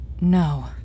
No